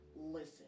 listen